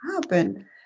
happen